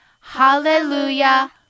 Hallelujah